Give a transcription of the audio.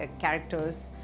characters